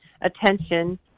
attention